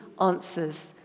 answers